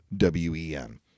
WEN